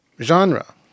genre